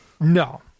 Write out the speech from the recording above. No